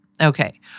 Okay